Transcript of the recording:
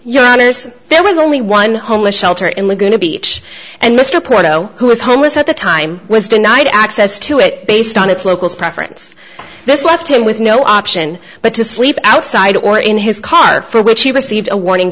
know there was only one homeless shelter in laguna beach and mr porto whose home was at the time was denied access to it based on its locals preference this left him with no option but to sleep outside or in his car for which he received a warning